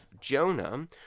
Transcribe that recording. Jonah